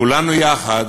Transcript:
כולנו יחד